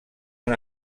han